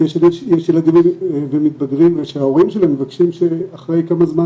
יש ילדים ומתבגרים שההורים שלהם מבקשים שאחרי כמה זמן